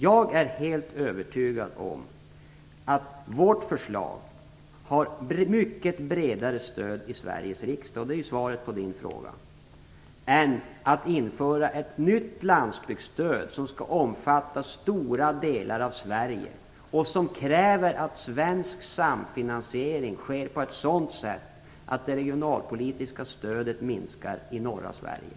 Jag är helt övertygad om att vårt förslag har mycket bredare stöd i Sveriges riksdag, och det är svaret på Andreas Carlgrens fråga, än att införa ett nytt landsbygdsstöd som skall omfatta stora delar av Sverige och som kräver att svensk samfinansiering sker på ett sådant sätt att det regionalpolitiska stödet minskar i norra Sverige.